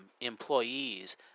employees